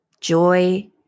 joy